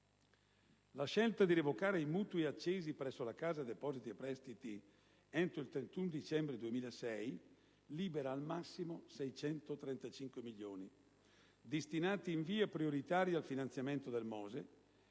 La scelta di revocare i mutui accesi presso la Cassa depositi e prestiti entro il 31 dicembre 2006 libera al massimo 635 milioni, destinati in via prioritaria al finanziamento del MOSE